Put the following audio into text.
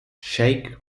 sheikh